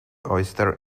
oyster